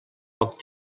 poc